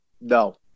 No